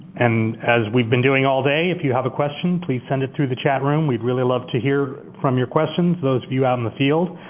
and as we've been doing all day, if you have a question, please send it through the chat room. we'd really love to hear your questions, those of you out in the field.